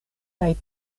kaj